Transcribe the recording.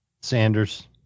Sanders